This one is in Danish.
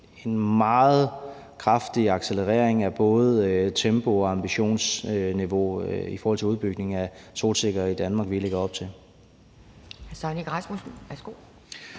en meget kraftig accelerering af både tempo og ambitionsniveau, hvad angår udbygningen af solceller i Danmark, som vi lægger op til.